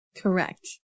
correct